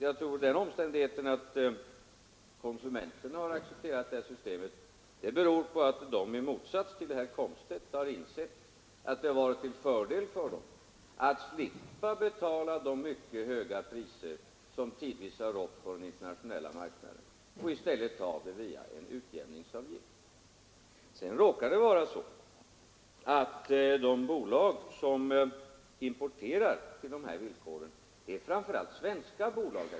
Jag tror att den omständigheten att konsumenterna accepterat detta system beror på att de i motsats till herr Komstedt har insett att det varit till fördel för dem att tack vare denna utjämningsavgift slippa betala de mycket höga priser som tidvis har rått på den internationella marknaden. Det råkar vidare vara så att de företag som importerar på dessa villkor framför allt är svenska bolag.